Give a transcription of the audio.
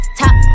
top